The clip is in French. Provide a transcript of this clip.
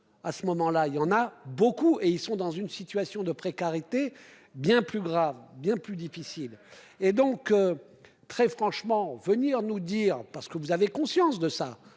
À ce moment-là il y en a beaucoup et ils sont dans une situation de précarité, bien plus grave bien plus difficile et donc. Très franchement, venir nous dire parce que vous avez conscience de ça.